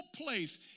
place